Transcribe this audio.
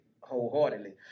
wholeheartedly